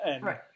Right